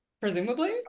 Presumably